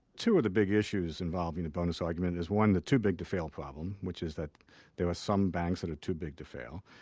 two of the big issues involving the bonus argument is one, the too big to fail problem, which is that there are some banks that are too big to fail.